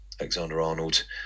Alexander-Arnold